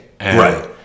right